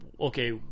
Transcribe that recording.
Okay